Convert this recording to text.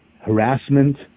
harassment